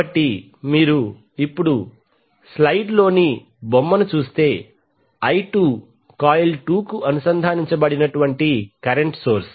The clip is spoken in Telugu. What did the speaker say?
కాబట్టి మీరు ఇప్పుడు స్లైడ్లోని బొమ్మను చూస్తేi2 కాయిల్ 2 కు అనుసంధానించబడిన కరెంట్ సోర్స్